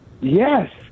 Yes